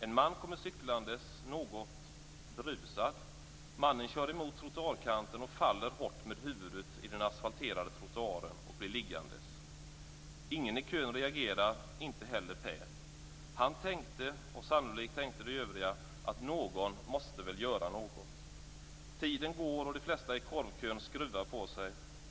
En något berusad man kommer cyklande. Mannen kör emot trottoarkanten och faller hårt med huvudet mot den asfalterade trottoaren och blir liggande. Ingen i kön reagerar, inte heller Per. Han tänkte och sannolikt tänkte de övriga också att någon väl måste göra något. Tiden går och de flesta i korvkön skruvar på sig.